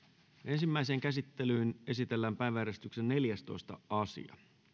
ensimmäiseen käsittelyyn esitellään päiväjärjestyksen neljästoista asia